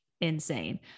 insane